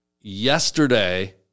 yesterday